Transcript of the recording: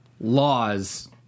laws